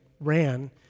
ran